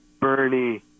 Bernie